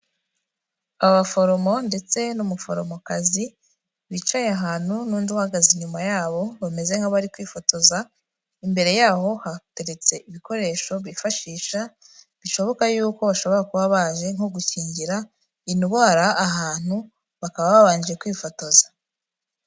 Abaforomo ndetse n'umuforomokazi bicaye ahantu n'undi uhagaze inyuma yabo bameze nk'abari kwifotoza. Imbere yaho hateretse ibikoresho bifashisha, bishoboka yuko bashobora kuba baje nko gukingira indwara ahantu bakaba babanje kwifotoza.